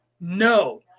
No